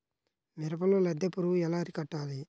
మిరపలో లద్దె పురుగు ఎలా అరికట్టాలి?